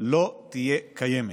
לא תהיה קיימת,